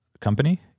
company